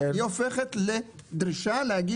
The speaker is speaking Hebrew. היא הופכת להידברות,